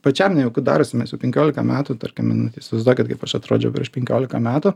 pačiam nejauku darosi mes jau penkiolika metų tarkim įsivaizduokit kaip aš atrodžiau prieš penkiolika metų